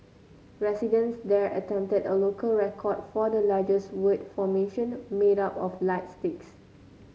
residents there attempted a local record for the largest word formation made up of light sticks